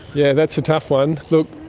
yeah, that's a tough one. look,